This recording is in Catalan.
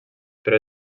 però